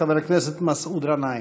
חבר הכנסת מסעוד גנאים.